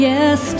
Yes